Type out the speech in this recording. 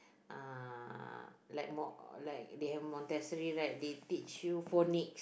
uh like more like they have montessori right they teach you phonics